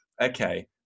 okay